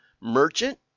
merchant